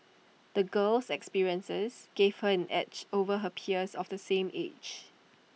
the girl's experiences gave her an edge over her peers of the same age